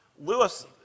Lewis